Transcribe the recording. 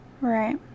Right